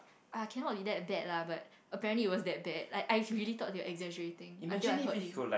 ah cannot be that bad lah but apparently it was that bad like I really thought they were exaggerating until I heard him